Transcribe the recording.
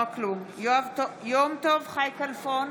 חי כלפון,